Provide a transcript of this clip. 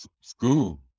school